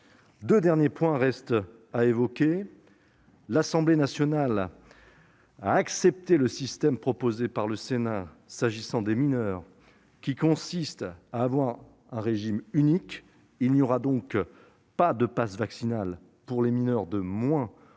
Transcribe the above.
deux derniers points à évoquer. L'Assemblée nationale a accepté le système proposé par le Sénat pour les mineurs, qui consiste en un régime unique : il n'y aura pas de passe vaccinal pour les mineurs de 16 ans.